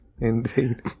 Indeed